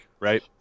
Right